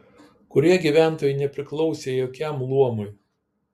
kurie gyventojai nepriklausė jokiam luomui